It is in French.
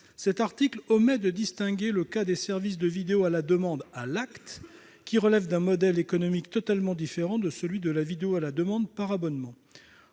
cet article omet de distinguer le cas des services de vidéo à la demande (SVOD) à l'acte, qui relèvent d'un modèle économique totalement différent de celui de la vidéo à la demande par abonnement.